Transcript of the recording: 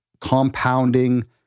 compounding